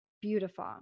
beautiful